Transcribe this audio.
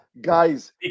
guys